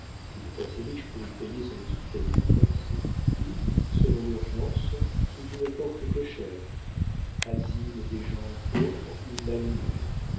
s'il est assez riche pour y payer son hospitalité forcée ou selon l'urgence sous une porte cochère asile des gens pauvres ou mal mis